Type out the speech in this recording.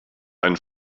einen